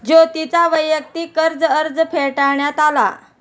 ज्योतीचा वैयक्तिक कर्ज अर्ज फेटाळण्यात आला